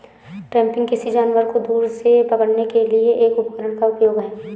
trapping, किसी जानवर को दूर से पकड़ने के लिए एक उपकरण का उपयोग है